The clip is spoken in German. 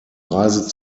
reise